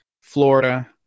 Florida